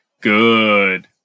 good